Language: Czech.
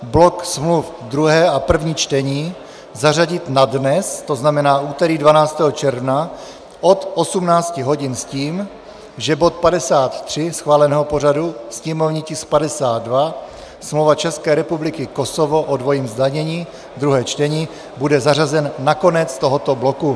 Blok smluv druhé a první čtení zařadit na dnes, to znamená úterý 12. června, od 18. hodin s tím, že bod 53 schváleného pořadu, sněmovní tisk 52, smlouva ČR Kosovo o dvojím zdanění, druhé čtení, bude zařazen na konec tohoto bloku.